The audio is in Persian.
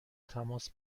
تماس